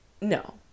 no